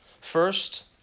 First